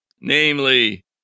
Namely